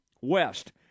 West